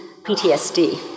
PTSD